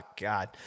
God